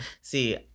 see